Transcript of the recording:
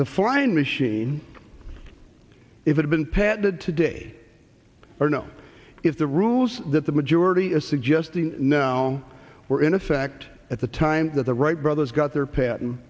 the flying machine if it had been patented today or know if the rules that the majority is suggesting now were in effect at the time that the wright brothers got their pat